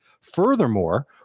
Furthermore